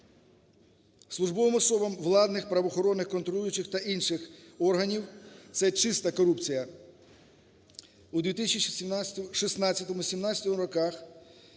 Службовим особам владних правоохоронних контролюючих та інших органів, це чиста корупція, у 2016-2017 роках